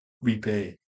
repay